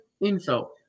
info